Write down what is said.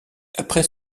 après